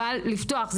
אבל לפתוח,